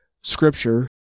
Scripture